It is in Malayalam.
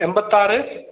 എൺപത്തി ആറ്